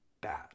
bad